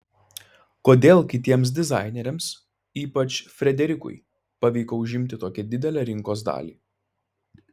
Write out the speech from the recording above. kodėl kitiems dizaineriams ypač frederikui pavyko užimti tokią didelę rinkos dalį